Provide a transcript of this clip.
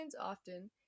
often